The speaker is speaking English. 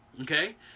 okay